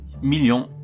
millions